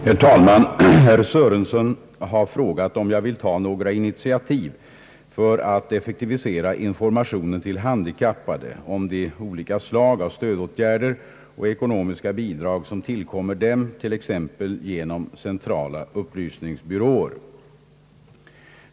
Herr talman! Herr Sörenson har frågat om jag vill ta några initiativ för att effektivisera informationen till handikappade om de olika slag av stödåtgärder och ekonomiska bidrag som tillkommer dem, t.ex. genom centrala upplysningsbyråer.